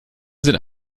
sind